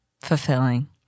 fulfilling